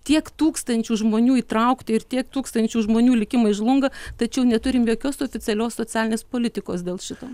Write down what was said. tiek tūkstančių žmonių įtraukti ir tiek tūkstančių žmonių likimai žlunga tačiau neturim jokios oficialios socialinės politikos dėl šito